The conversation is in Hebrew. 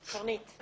קרנית.